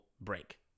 break